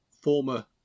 former